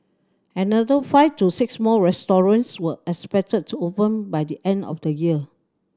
another five to six more restaurants were expected to open by the end of the year